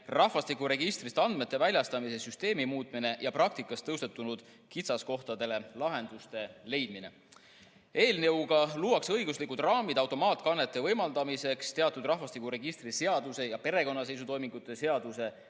rahvastikuregistrist andmete väljastamise süsteemi muutmine ja praktikas tõusetunud kitsaskohtadele lahenduste leidmine. Eelnõuga luuakse õiguslikud raamid automaatkannete võimaldamiseks teatud rahvastikuregistri seaduse ja perekonnaseisutoimingute seaduse